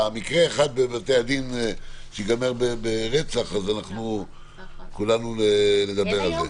מקרה אחד בבתי הדין שייגמר ברצח אז כולנו נדבר על זה.